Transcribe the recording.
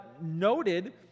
noted